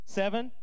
seven